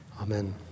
Amen